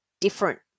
different